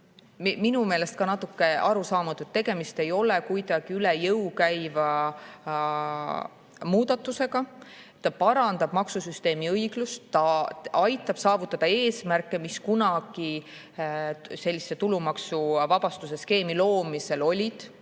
minu meelest on see natuke arusaamatu. Tegemist ei ole kuidagi üle jõu käiva muudatusega. See suurendab maksusüsteemi õiglust ja aitab saavutada eesmärke, mis kunagi sellise tulumaksuvabastuse skeemi loomisel olid.